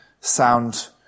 sound